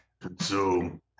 Consume